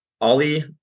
Ali